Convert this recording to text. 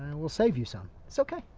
we'll save you some, it's okay.